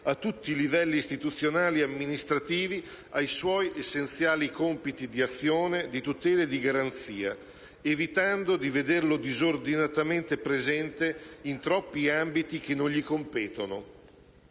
a tutti i livelli istituzionali e amministrativi ai suoi essenziali compiti di azione, tutela e garanzia, evitando di vederlo disordinatamente presente in troppi ambiti che non gli competono.